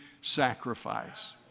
sacrifice